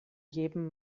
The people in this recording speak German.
jedem